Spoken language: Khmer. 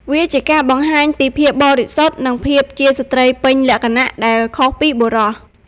វាជាការបង្ហាញពីភាពបរិសុទ្ធ និងភាពជាស្ត្រីពេញលក្ខណៈ ដែលខុសពីបុរស។